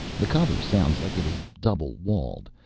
the cover sounds like it is double walled,